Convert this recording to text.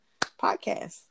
podcast